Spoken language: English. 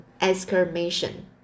exclamation